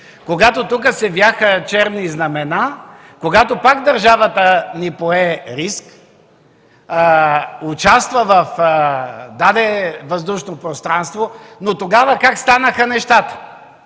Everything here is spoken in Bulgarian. когато тук се вееха черни знамена, когато пак държавата ни пое риск, участва, даде въздушно пространство. Но тогава как станаха нещата?